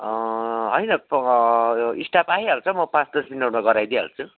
होइन स्टाफ आइहाल्छ म पाँच दस मिनटमा गराइदिई हाल्छु